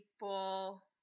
people